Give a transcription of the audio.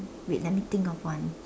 wait let me think of one